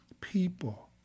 people